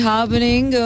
Happening